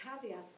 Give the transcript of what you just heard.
caveat